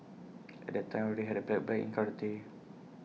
at that time I already had A black belt in karate